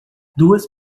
duas